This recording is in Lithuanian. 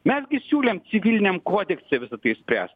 mes gi siūlėm civiliniam kodekse visa tai išspręst